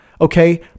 Okay